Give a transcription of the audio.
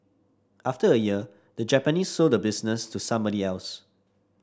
after a year the Japanese sold the business to somebody else